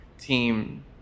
team